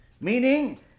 meaning